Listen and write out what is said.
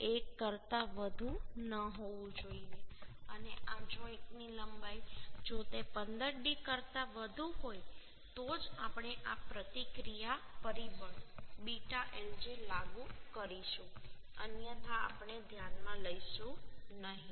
0 કરતા વધુ ન હોવું જોઈએ અને આ જોઈન્ટની લંબાઈ જો તે 15d કરતા વધુ હોય તો જ આપણે આ પ્રતિક્રિયા પરિબળ β lj લાગુ કરીશું અન્યથા આપણે ધ્યાનમાં લઈશું નહીં